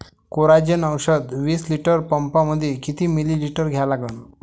Coragen औषध विस litre पंपामंदी किती मिलीमिटर घ्या लागन?